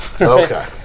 Okay